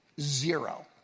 Zero